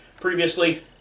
previously